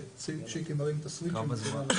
ושיקי מרים את הסוויץ' והיא מתחילה לעבוד.